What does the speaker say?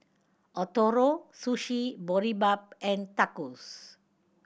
Ootoro Sushi Boribap and Tacos